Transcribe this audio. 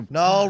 no